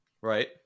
Right